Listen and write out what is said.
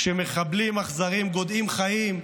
כשמחבלים אכזריים גודעים חיים,